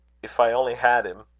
if i only had him!